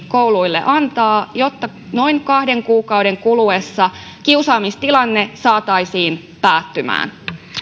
kouluille antaa jotta noin kahden kuukauden kuluessa kiusaamistilanne saataisiin päättymään